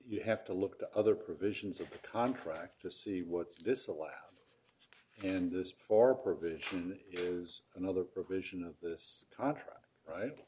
you have to look the other provisions of the contract to see what's vis a laugh and this for provision is another provision of this contract right